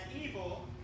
evil